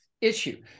issue